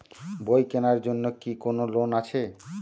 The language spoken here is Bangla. বই কেনার জন্য কি কোন লোন আছে?